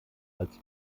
als